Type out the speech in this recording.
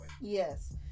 Yes